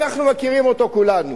אנחנו מכירים אותו כולנו,